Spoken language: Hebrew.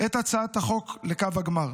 את הצעת החוק לקו הגמר.